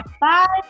Bye